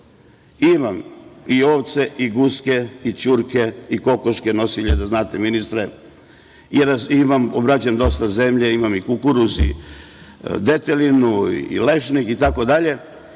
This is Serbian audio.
imam i ovde i guske i ćurke i kokoške nosilje, da znate, ministre, imam obrađeno dosta zemlje, imam i kukuruz, detelinu i lešnik itd, ne